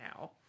now